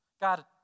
God